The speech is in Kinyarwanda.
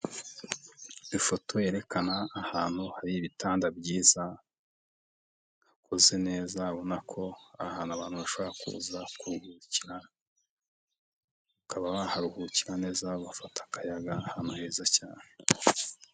Ifoto yerekana ahantu hari ibitanda byiza hakoze neza. Ubona ko ari ahantu abantu bashobora kuza kuruhukira. Bakaba baharuhukira neza bafata akayaga, ahantu heza cyane.